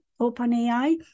OpenAI